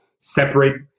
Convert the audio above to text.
separate